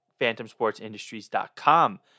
phantomsportsindustries.com